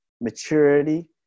maturity